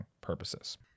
purposes